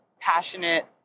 passionate